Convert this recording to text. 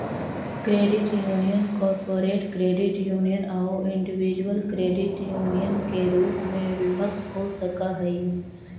credit union corporate credit union आउ individual credit union के रूप में विभक्त हो सकऽ हइ